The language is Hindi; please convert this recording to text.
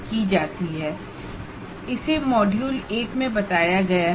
कोर्स आउटकम कैसे लिखें यह मॉड्यूल 1 में बताया गया है